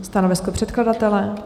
Stanovisko předkladatele?